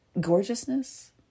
gorgeousness